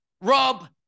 rob